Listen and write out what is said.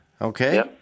okay